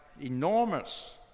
enormous